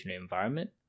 environment